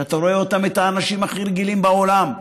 אתה רואה אותם, את האנשים הכי רגילים בעולם,